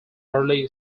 early